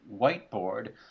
whiteboard